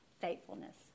faithfulness